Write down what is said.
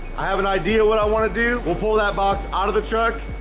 i have an idea what i want to do we'll pull that box out of the truck.